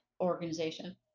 organization